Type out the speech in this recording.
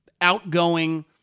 outgoing